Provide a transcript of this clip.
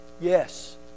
yes